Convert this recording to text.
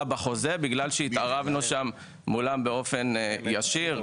בחוזה אלא בגלל שהתערבנו מולן באופן ישיר,